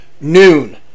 noon